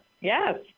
Yes